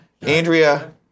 Andrea